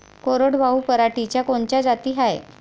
कोरडवाहू पराटीच्या कोनच्या जाती हाये?